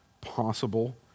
possible